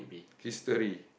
history